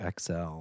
XL